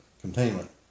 containment